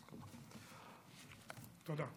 תודה.